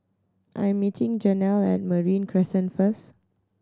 I am meeting Jenelle at Marine Crescent first